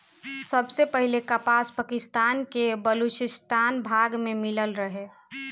सबसे पहिले कपास पाकिस्तान के बलूचिस्तान भाग में मिलल रहे